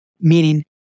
meaning